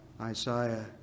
isaiah